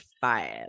five